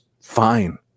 fine